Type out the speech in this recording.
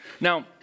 Now